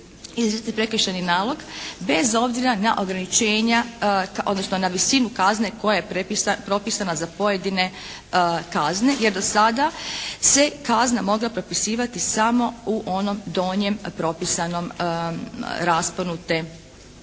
obzira na ograničenja, odnosno na visinu kazne koja je propisana za pojedine kazne jer do sada se kazna mogla propisivati samo u onom donjem propisanom rasponu te kazne.